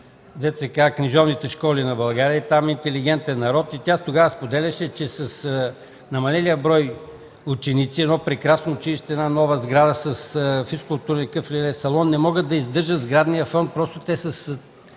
от книжовните школи на България и там е интелигентен народ. Тя тогава споделяше, че с намалелия брой ученици, едно прекрасно училище, една нова сграда с физкултурен салон, не могат да издържат сградния фонд, защото парите